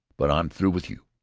but i'm through with you!